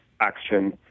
action